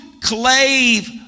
clave